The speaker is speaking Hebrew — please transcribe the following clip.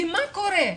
כי מה קורה?